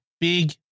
big